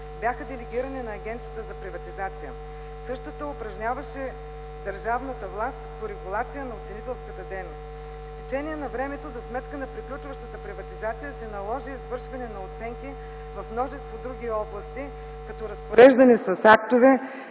бяха делегирани на Агенцията за приватизация. Същата упражняваше държавната власт по регулация на оценителската дейност. С течение на времето за сметка на приключващата приватизация се наложи извършване на оценки в множество други области, като разпореждане с актове,